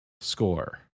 score